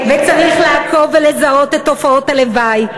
וצריך לעקוב ולזהות את תופעות הלוואי,